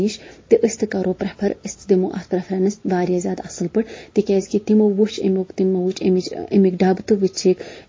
نش تہٕ أسۍ تہِ کرو پریفر أسۍ تہِ دِمو اَتھ پریفرَنٕس واریاہ زیادٕ اَصٕل پٲٹھۍ تِکیازِ کہِ تِمو وٕچھ اَمیُک تِمو وٕچھِ امِچ اَمِکۍ ڈَبہٕ تہِ وٕچھِکھ